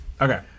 Okay